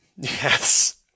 Yes